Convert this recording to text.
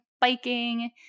biking